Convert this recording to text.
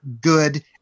good